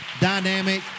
dynamic